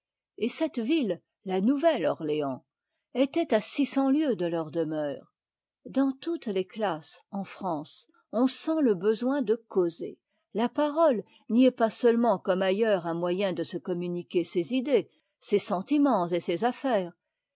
et cette ville la nouvette ortéans était à six cents tieues de leur demeure dans toutes les classes en france on sent lé besoin de causer la pàrole n'y est pas seulement comme ailleurs un moyen de se communiquer ses idées ses sentiments et ses affaires